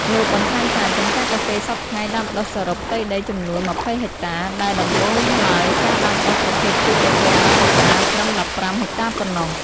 លោកបន្ថែមថា ចម្ការកាហ្វេសព្វថ្ងៃដាំដុះសរុបផ្ទៃដីចំនួន២០ហិកតា ដែលដំបូងឡើយការដាំដុះប្រភេទពូជការហ្វេ Arabica ត្រឹម១៥ ហិកតាប៉ុណ្ណោះ។